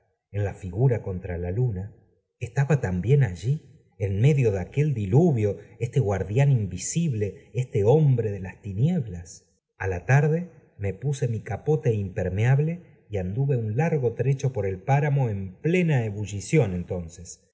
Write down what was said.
en la figura contra la luna estaba también allí en medio de aquel diluvio este guardián invisible ebte hombre de las tinieblas a la tarde me puse mi capote impermeable y an duvo un largo trecho por el páramo en plena obuilición entonces